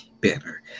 better